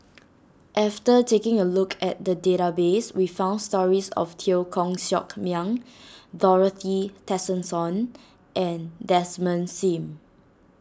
after taking a look at the database we found stories of Teo Koh Sock Miang Dorothy Tessensohn and Desmond Sim